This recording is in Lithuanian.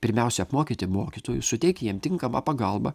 pirmiausia apmokyti mokytojus suteiki jiem tinkamą pagalbą